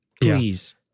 Please